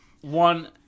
one